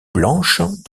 blanches